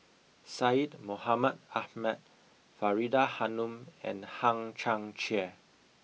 Syed Mohamed Ahmed Faridah Hanum and Hang Chang Chieh